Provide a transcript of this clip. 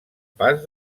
pas